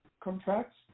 contracts